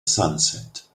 sunset